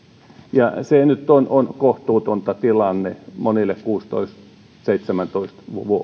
se on on nyt kohtuuton tilanne monille kuusitoista viiva seitsemäntoista